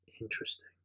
interesting